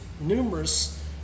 numerous